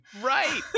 Right